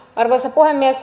arvoisa puhemies